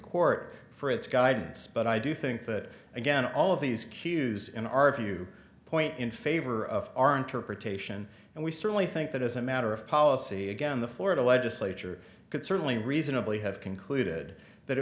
court for its guidance but i do think that again all of these cues in our view point in favor of our interpretation and we certainly think that as a matter of policy again the florida legislature could certainly reasonably have concluded that